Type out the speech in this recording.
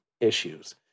issues